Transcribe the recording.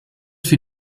für